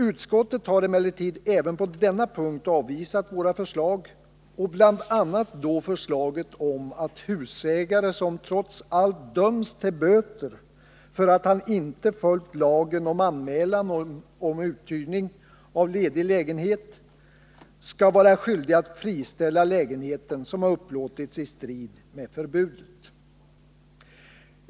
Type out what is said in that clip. Utskottet har emellertid även på denna punkt avvisat våra förslag, bl.a. förslaget om att husägare, som trots allt döms till böter för att han inte följt lagen om anmälan om uthyrning av ledig lägenhet, skall vara skyldig att friställa lägenhet som upplåtits i strid med förbudet.